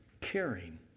caring